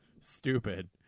stupid